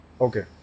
Okay